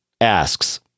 asks